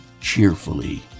cheerfully